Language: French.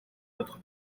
notre